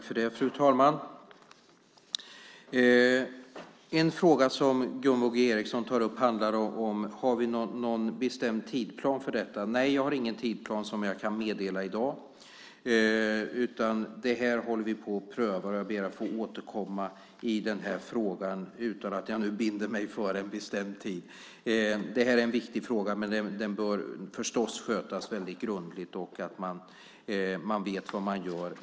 Fru talman! En fråga som Gunvor G Ericson tar upp handlar om huruvida vi har någon bestämd tidsplan för detta. Nej, jag har ingen tidsplan som jag kan meddela i dag. Det här håller vi på att pröva, och jag ber att få återkomma i den här frågan utan att jag nu binder mig för en bestämd tid. Det här är en viktig fråga, men den bör skötas väldigt grundligt så att man vet vad man gör.